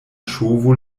ŝovu